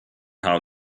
how